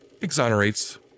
exonerates